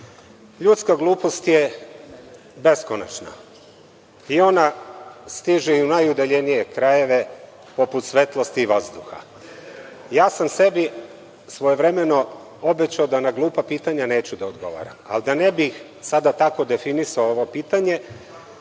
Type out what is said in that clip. ljudska glupost je beskonačna i ona stiže i u najudaljenije krajeve poput svetlosti i vazduha. Ja sam sebi svojevremeno obećao da na glupa pitanja neću da odgovara, ali da ne bih sada definisao ovo pitanje